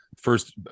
first